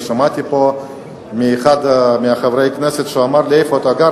ושמעתי פה אחד מחברי הכנסת אומר לי: איפה אתה גר?